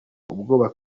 ubwoba